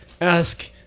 Ask